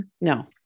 No